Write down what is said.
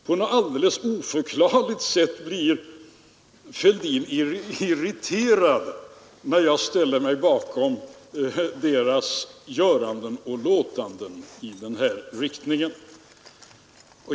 På något oförklarligt sätt blir herr Fälldin irriterad när jag ställer mig bakom dess göranden och låtanden i den riktningen.